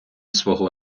свого